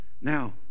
Now